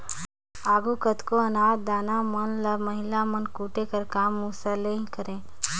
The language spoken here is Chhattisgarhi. आघु केतनो अनाज दाना मन ल महिला मन कूटे कर काम मूसर ले ही करें